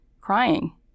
crying